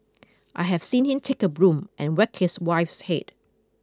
I have seen him take a broom and whack his wife's head